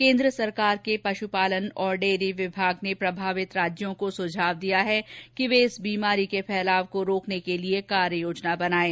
केन्द्र सरकार के पशुपालन और डेयरी विभाग ने प्रभावित राज्यों को सुझाव दिया है कि वे इस बीमारी के फैलाव को रोकने के लिए कार्ययोजना बनाएं